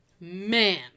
Man